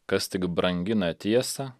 kas tik brangina tiesą